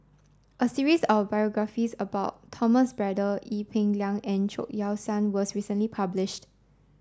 a series of biographies about Thomas Braddell Ee Peng Liang and Chao Yoke San was recently published